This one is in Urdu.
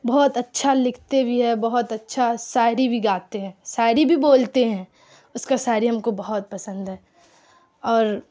بہت اچھا لکھتے بھی ہے بہت اچھا شاعری بھی گاتے ہیں شاعری بھی بولتے ہیں اس کا شاعری ہم کو بہت پسند ہے اور